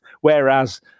Whereas